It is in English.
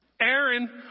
Aaron